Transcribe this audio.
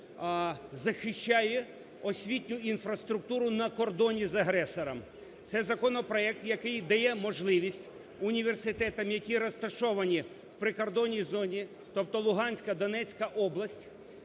який захищає освітню інфраструктуру на кордоні з агресором. Це законопроект, який дає можливість університетам, які розташовані у прикордонній зоні, тобто Луганська, Донецька область